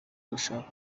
gushaka